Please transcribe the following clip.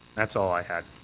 that's all i had.